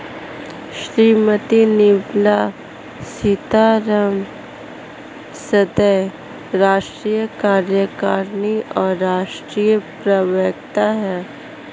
श्रीमती निर्मला सीतारमण सदस्य, राष्ट्रीय कार्यकारिणी और राष्ट्रीय प्रवक्ता हैं